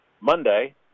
Monday